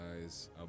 guys